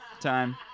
Time